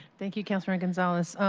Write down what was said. thank you councilmember gonzalez.